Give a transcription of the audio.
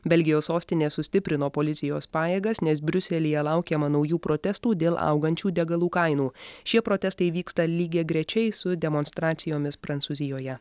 belgijos sostinė sustiprino policijos pajėgas nes briuselyje laukiama naujų protestų dėl augančių degalų kainų šie protestai vyksta lygiagrečiai su demonstracijomis prancūzijoje